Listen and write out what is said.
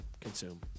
consume